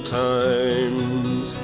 times